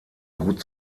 gut